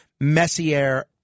Messier